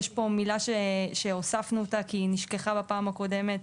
יש פה מילה שהוספנו אותה כי היא נשכחה בפעם הקודמת,